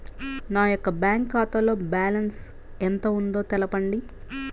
నా యొక్క బ్యాంక్ ఖాతాలో బ్యాలెన్స్ ఎంత ఉందో తెలపండి?